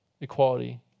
equality